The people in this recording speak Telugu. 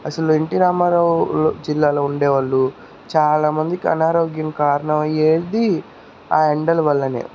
అసలు ఎన్టి రామారావు జిల్లాలో ఉండే వాళ్ళు చాలామందికి అనారోగ్యం కారణమయ్యేది ఆ ఎండలు వల్లనే